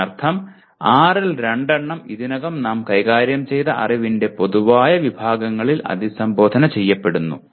ഇതിനർത്ഥം ആറിൽ രണ്ടെണ്ണം ഇതിനകം നാം കൈകാര്യം ചെയ്ത അറിവിന്റെ പൊതുവായ വിഭാഗങ്ങളാൽ അഭിസംബോധന ചെയ്യപ്പെടുന്നു